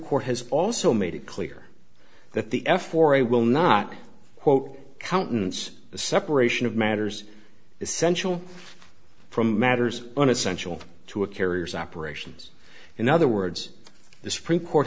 court has also made it clear that the f or a will not vote countenance the separation of matters essential from matters on essential to a carrier's operations in other words the supreme court